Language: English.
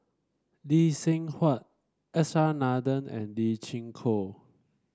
Lee Seng Huat S R Nathan and Lee Chin Koon